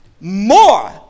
more